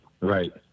Right